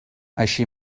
així